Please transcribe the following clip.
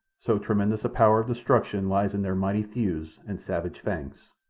so tremendous a power of destruction lies in their mighty thews and savage fangs.